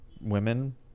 women